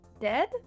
dead